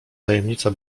tajemnica